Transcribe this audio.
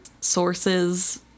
sources